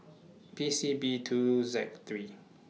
P C B two Z three